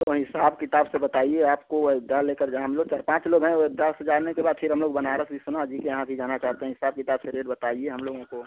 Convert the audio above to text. तो ऐसा आप किताब से बताइए आपको अयोध्या लेकर जाएँ हम लोग चार पाँच लोग हैं अयोध्या से जाने के बाद फिर हम लोग बनारस विश्वनाथ जी के यहाँ भी जाना चाहते हैं हिसाब किताब से रेट बताइए हम लोगों को